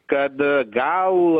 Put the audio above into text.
kad gal